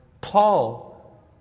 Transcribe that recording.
Paul